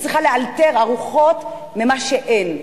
היא צריכה לאלתר ארוחות ממה שאין.